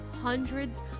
hundreds